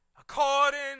according